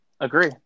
agree